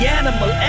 animal